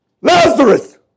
Lazarus